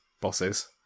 bosses